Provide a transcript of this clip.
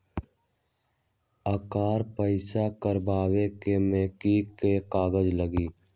एकर पास करवावे मे की की कागज लगी?